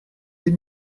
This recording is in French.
des